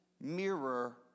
mirror